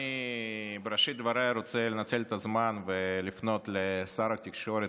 אני בראשית דבריי רוצה לנצל את הזמן ולפנות לשר התקשורת,